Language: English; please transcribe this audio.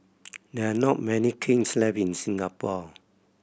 there are not many kilns left in Singapore